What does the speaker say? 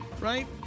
right